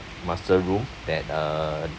master room that uh